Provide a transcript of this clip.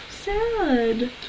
sad